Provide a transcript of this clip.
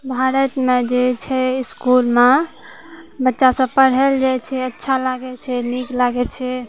भारतमे जे छै इसकुलमे बच्चा सभ पढ़ैले जाइ छै अच्छा लागै छै नीक लागै छै